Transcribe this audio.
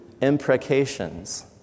imprecations